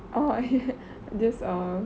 orh just err